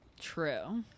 True